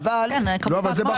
כנראה.